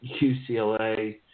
UCLA